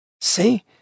See